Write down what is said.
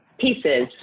pieces